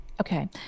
Okay